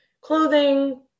clothing